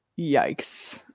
yikes